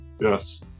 Yes